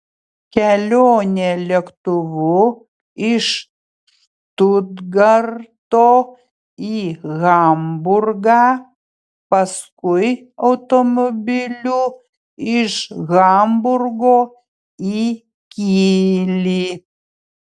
kelionė lėktuvu iš štutgarto į hamburgą paskui automobiliu iš hamburgo į kylį